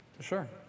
Sure